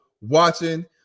watching